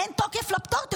אין תוקף לפטור,